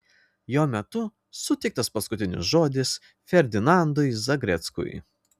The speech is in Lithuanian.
jo metu suteiktas paskutinis žodis ferdinandui zagreckui